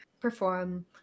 perform